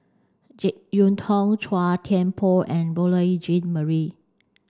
Jek Yeun Thong Chua Thian Poh and Beurel Jean Marie